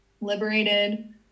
Liberated